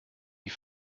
die